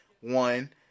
one